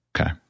Okay